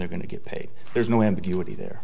they're going to get paid there's no ambiguity there